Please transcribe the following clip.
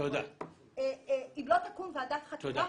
אם לא תקום ועדת חקירה,